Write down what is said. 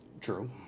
true